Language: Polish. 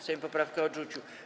Sejm poprawkę odrzucił.